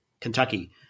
Kentucky